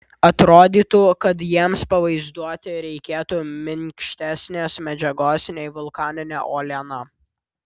atrodytų kad jiems pavaizduoti reikėtų minkštesnės medžiagos nei vulkaninė uoliena